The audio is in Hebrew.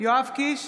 יואב קיש,